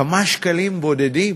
כמה שקלים בודדים,